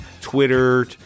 twitter